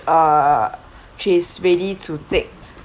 uh she is ready to take